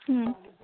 ହୁଁ